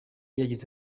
yagize